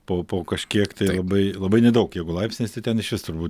po po kažkiek tai labai labai nedaug jeigu laipsniais tai ten išvis turbūt